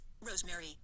rosemary